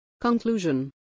Conclusion